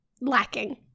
lacking